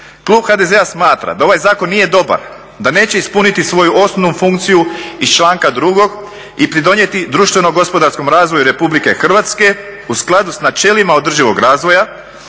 klub HDZ-a smatra da ovaj zakon nije dobar, da neće ispuniti svoju osnovnu funkciju iz članka 2. i pridonijeti društveno gospodarskom razvoju RH u skladu s načelima održivog razvoja,